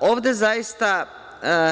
Ovde zaista,